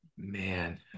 Man